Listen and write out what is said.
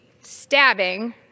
stabbing